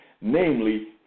Namely